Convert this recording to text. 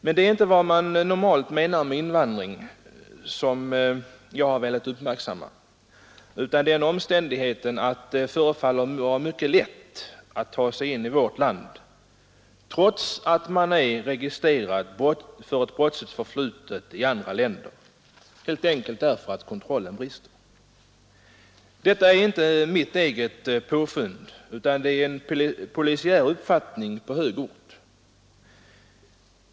Men det är inte vad man normalt menar med invandring som jag har velat uppmärksamma utan den omständigheten att det förefaller vara mycket lätt att ta sig in i vårt land, även för den som är registrerad för ett brottsligt förflutet i andra länder, helt enkelt därför att kontrollen brister. Detta är inte mitt eget påfund, utan det är en polisiär uppfattning på hög ort.